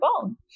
bone